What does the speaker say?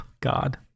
God